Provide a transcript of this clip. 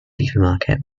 supermarket